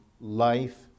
life